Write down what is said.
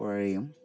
പുഴയും